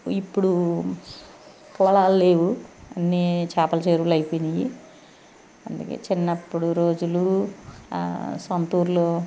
ఇప్పుడు పొలాలు లేవు అన్నీ చేపల చెరువులు అయిపోయినాయి అందుకే చిన్నప్పుడు రోజులు సొంతూరులో